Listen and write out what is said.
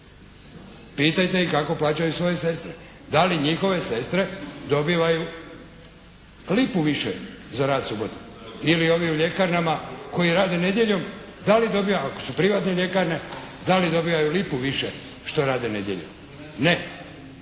Pitajte ih kako plaćaju svoje sestre! Da li njihove sestre dobivaju lipu više za rad subotom ili ovi u ljekarnama koji rade nedjeljom da li dobivaju, ako su privatne ljekarne da li dobivaju lipu više što rade nedjeljom. Ne.